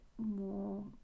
More